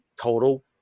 total